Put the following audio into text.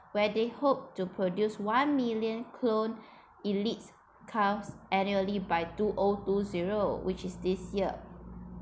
where they hoped to produce one million clone elite cows annually by two o two zero which is this year